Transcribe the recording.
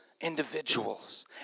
individuals